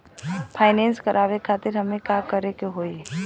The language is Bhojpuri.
फाइनेंस करावे खातिर हमें का करे के होई?